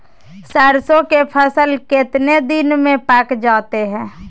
सरसों के फसल कितने दिन में पक जाते है?